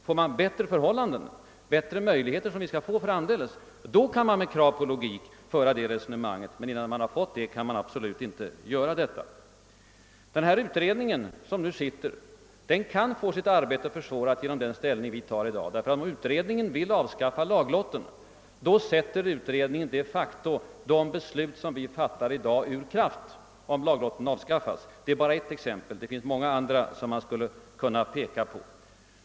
Får man bättre möjligheter, som vi framdeles skall få, kan man med krav på logik föra det resonemanget, men innan så har skett kan man absolut inte göra det. Den utredning som nu arbetar kan få sitt arbete försvårat genom det beslut som vi tar i dag. Om utredningen exempelvis avskaffar laglotten sätter den de facto de beslut som vi i dag fattar ur kraft. Detta är bara ett exempel; det finns många andra som man skulle kunna peka på.